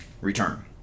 return